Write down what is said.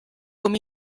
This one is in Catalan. com